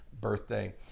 birthday